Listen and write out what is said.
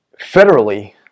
federally